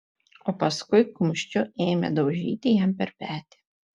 o paskui kumščiu ėmė daužyti jam per petį